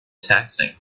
taxing